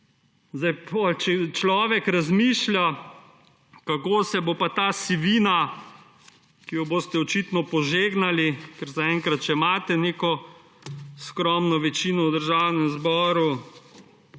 Če človek razmišlja, kako se bo pa ta sivina, ki jo boste očitno požegnali, ker zaenkrat še imate neko skromno večino v Državnem zboru,